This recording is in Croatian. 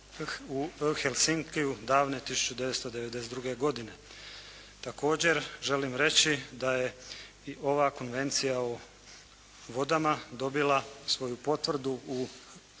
u Helsinkiju davne 1992. godine. Također, želim reći da je ova Konvencija o vodama dobila svoju potvrdu u